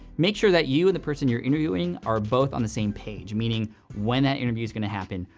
make sure that you and the person you're interviewing are both on the same page, meaning when that interview's gonna happen,